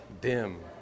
dim